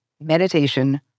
meditation